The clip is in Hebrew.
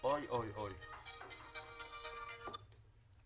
קיימתי דיון עם ארגון הטייסים,